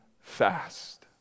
fast